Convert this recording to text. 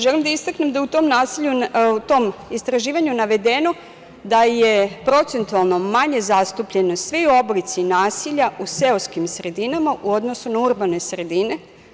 Želim da istaknem da je u tom istraživanju navedeno da je procentualno manje zastupljeno svi oblici nasilja u seoskim sredinama u odnosu na urbane sredine.